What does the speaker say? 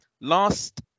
last